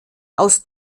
aus